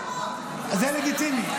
זה לגיטימי.